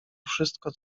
wszystko